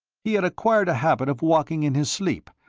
he had acquired a habit of walking in his sleep,